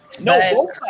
No